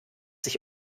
sich